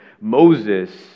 Moses